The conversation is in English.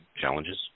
challenges